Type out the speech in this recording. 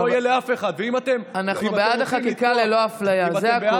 אנחנו בעד החקיקה ללא אפליה, זה הכול.